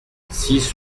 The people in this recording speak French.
six